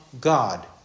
God